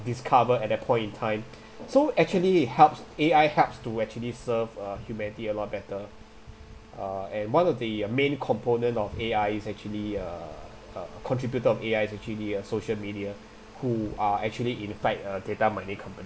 discover at that point in time so actually it helps A_I helps to actually serve uh humanity a lot better uh and one of the main component of A_I is actually a a contributor of A_I is actually a social media who are actually in fact a data mining company